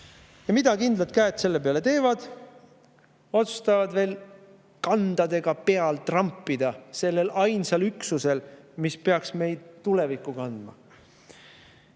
Ja mida kindlad käed selle peale teevad? Otsustavad veel kandadega trampida selle ainsa üksuse peal, mis peaks meid tulevikku kandma.